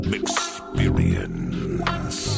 experience